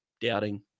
doubting